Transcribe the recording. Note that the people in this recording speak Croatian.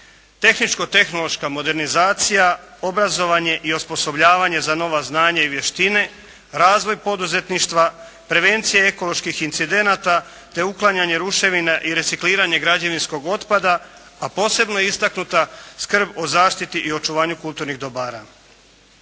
tehničko-tehnološka modernizacija, obrazovanje i osposobljavanje za nova znanja i vještine, razvoj poduzetništva, prevencije ekoloških incidenata te uklanjanje ruševina i recikliranje građevinskog otpada, a posebno je istaknuta skrb o zaštiti i očuvanju kulturnih dobara.